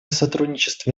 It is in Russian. сотрудничество